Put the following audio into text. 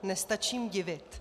Nestačím se divit.